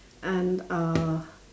and uh